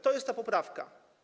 To jest ta poprawka.